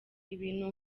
ibintu